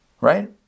Right